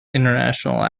international